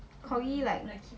corgi like